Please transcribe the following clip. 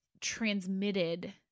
transmitted